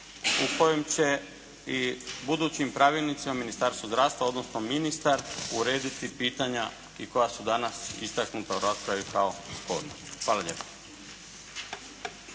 u kojem će i budućim pravilnicima Ministarstvu zdravstva, odnosno ministar urediti pitanja i koja su danas istaknuta u raspravi kao sporna. Hvala lijepa.